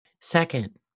Second